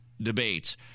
debates